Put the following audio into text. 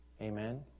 Amen